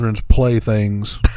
playthings